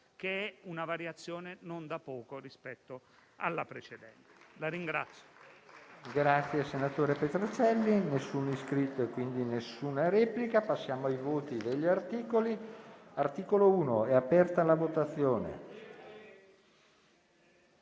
che è una variazione non da poco rispetto alla precedente.